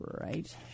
right